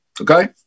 okay